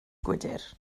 gwydr